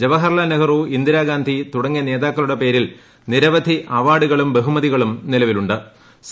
ജവഹർലാൽ നെഹ്റു ഇന്ദിരാഗാന്ധി തുടങ്ങിയ നേതാക്കളുടെ പേരിൽ നിരവധി അവ്വാർഡുകളും ബഹുമതികളും നിലവിലു ്